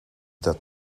that